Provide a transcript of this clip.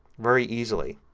very easily.